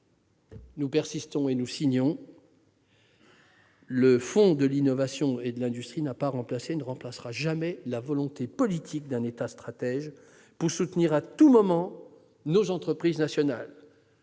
nous persistons et nous signons : ce fonds pour l'innovation et l'industrie n'a pas remplacé et ne remplacera jamais la volonté politique d'un État stratège pour soutenir à tout moment nos entreprises nationales,